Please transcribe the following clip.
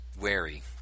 wary